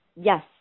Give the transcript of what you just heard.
Yes